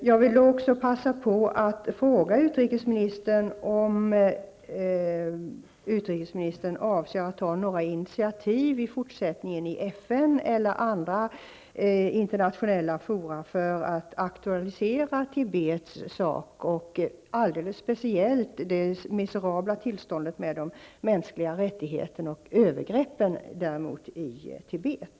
Jag vill passa på att fråga utrikesministern om hon avser att ta några initiativ i fortsättningen i FN eller andra internationella fora för att aktualisera Tibets sak, speciellt det miserabla tillståntet med de mänskliga rättigheterna och övergreppen mot dem i Tibet.